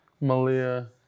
Malia